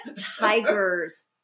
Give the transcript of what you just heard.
tigers